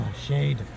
shade